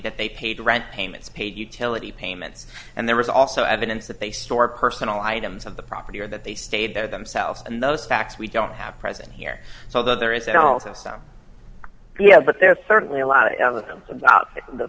that they paid rent payments paid utility payments and there was also evidence that they store personal items of the property or that they stayed there themselves and those facts we don't have present here so there is that also some yeah but there's certainly a lot of them about the